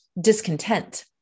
discontent